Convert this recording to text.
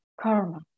karma